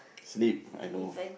sleep I know